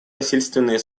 насильственные